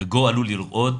גגו עלול לרעוד,